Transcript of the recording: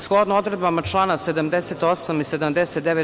Shodno odredbama člana 78. i 79.